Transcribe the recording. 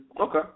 Okay